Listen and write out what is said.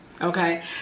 okay